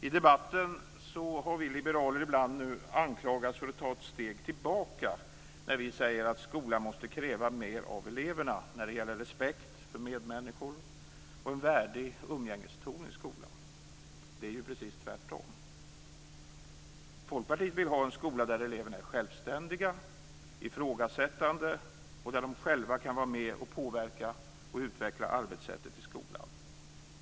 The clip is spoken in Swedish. I debatten har vi liberaler ibland anklagats för att ta ett steg tillbaka när vi säger att skolan måste kräva mer av eleverna när det gäller respekt för medmänniskor och en värdig umgängeston i skolan. Det är ju precis tvärtom. Folkpartiet vill ha en skola där eleverna är självständiga och ifrågasättande, där de själva kan vara med och påverka och utveckla arbetssättet i skolan.